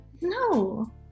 No